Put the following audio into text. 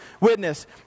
witness